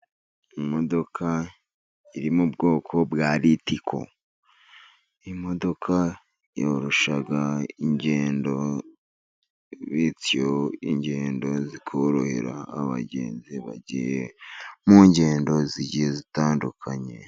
Imodoka iri mu bwoko bwa ritiko, imodoka yorosha ingendo bityo ingendo zikorohera abagenzi bagiye mu ngendo z'igihe zitandukanye.